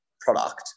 product